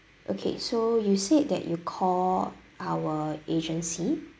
okay so you said that you call our agency